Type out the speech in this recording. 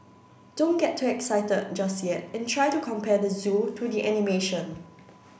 don't get too excited just yet and try to compare the zoo to the animation